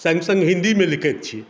सङ्ग सङ्ग हिन्दीमे लिखैत छी